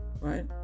right